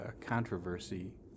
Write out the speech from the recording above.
controversy